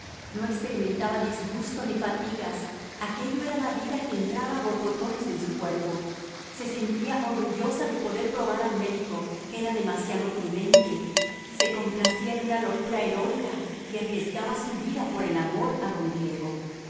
no experimentaba disgusto ni fatigas aquello era la vida que entraba a borbotones en su cuerpo se sentía orgullosa de poder probar al médico que era demasiado prudente se complacía en una locura heroica y arriesgaba su vida por el amor a don diego